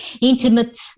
intimate